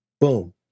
Boom